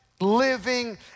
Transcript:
living